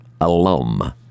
alum